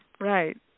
right